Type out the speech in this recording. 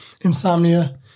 insomnia